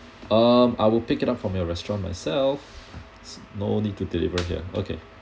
um I will pick it up from your restaurant myself no need to deliver here okay